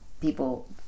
people